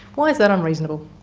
why is that unreasonable?